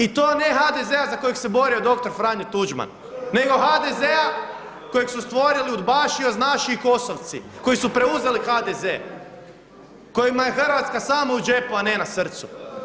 I to ne HDZ-a za kojeg se borio doktor Franjo Tuđman, nego HDZ-a kojeg su stvorili UDBA-ši, OZNA-ši i KOS-ovci koji su preuzeli HDZ, kojima je Hrvatska samo u džepu, a ne na srcu.